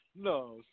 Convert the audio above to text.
no